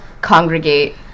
congregate